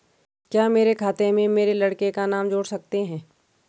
क्या मेरे खाते में मेरे लड़के का नाम जोड़ सकते हैं?